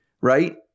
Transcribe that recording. right